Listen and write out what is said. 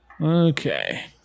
Okay